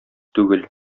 түгел